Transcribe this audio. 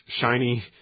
shiny